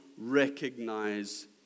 recognize